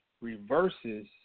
reverses